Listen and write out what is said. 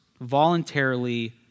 voluntarily